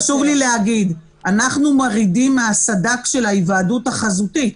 חשוב לי להגיד שאנחנו מורידים מהסד"כ של ההיוועדות החזותית.